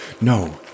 No